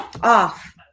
off